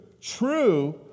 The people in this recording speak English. True